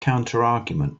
counterargument